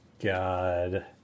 God